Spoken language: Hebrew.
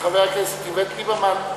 וחבר הכנסת איווט ליברמן,